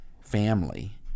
family